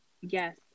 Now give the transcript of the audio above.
Yes